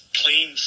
clean